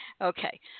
okay